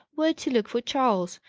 where to look for charles.